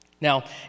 Now